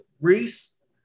Reese